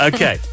Okay